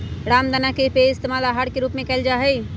रामदाना के पइस्तेमाल आहार के रूप में कइल जाहई